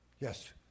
Yes